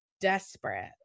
desperate